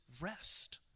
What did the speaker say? rest